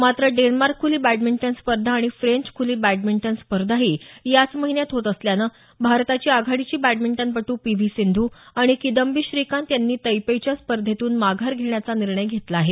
मात्र डेन्मार्क ख्ली बॅडमिंटन स्पर्धा आणि फ्रेंच ख्ली बॅडमिंटन स्पर्धाही या महिन्यात होत असल्यानं भारताची आघाडीची बॅडमिंटनपटू पी व्ही सिंधू आणि किदम्बी श्रीकांत यांनी तैपेईच्या स्पर्धेतून माघार घेण्याचा निर्णय घेतला आहे